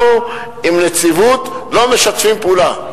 אנחנו עם הנציבות לא משתפים פעולה.